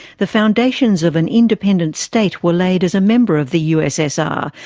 the foundations of an independent state were laid as a member of the ussr,